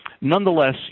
Nonetheless